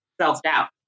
Self-doubt